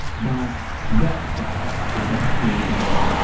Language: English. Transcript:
but that is that is not creating light.